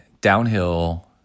downhill